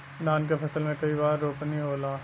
धान के फसल मे कई बार रोपनी होला?